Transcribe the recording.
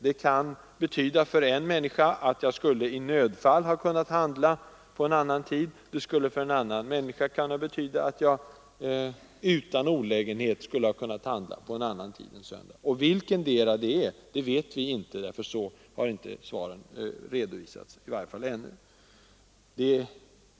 Det svaret kan för en människa betyda att hon i nödfall skulle ha kunnat handla på en annan tid, medan det för en annan människa kan betyda att hon utan olägenhet skulle ha kunnat handla på annan tid än söndag. Och vilken den rätta innebörden av svaren är vet vi inte, i varje fall inte ännu, för så har svaren inte redovisats.